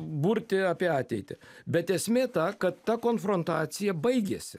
burti apie ateitį bet esmė ta kad ta konfrontacija baigėsi